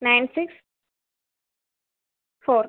nine six four